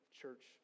church